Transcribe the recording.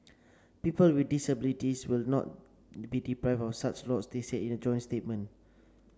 people with disabilities will not be deprived of such lots they said in a joint statement